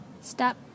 Stop